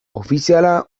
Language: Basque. ofiziala